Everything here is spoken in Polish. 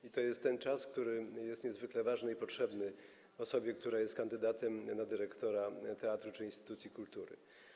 I to jest ten czas, który jest niezwykle ważny i potrzebny osobie, która jest kandydatem na dyrektora teatru czy instytucji kultury.